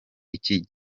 iki